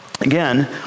again